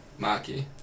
Maki